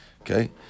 Okay